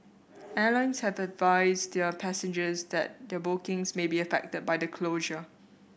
airlines have advised their passengers that their bookings may be affected by the closure